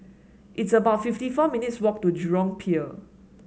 it's about fifty four minutes' walk to Jurong Pier